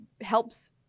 helps